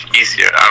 easier